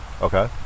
Okay